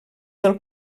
del